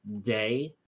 day